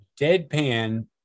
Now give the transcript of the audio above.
deadpan